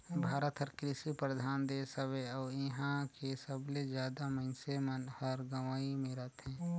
भारत हर कृसि परधान देस हवे अउ इहां के सबले जादा मनइसे मन हर गंवई मे रथें